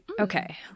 Okay